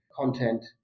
content